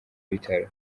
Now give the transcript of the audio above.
bitaro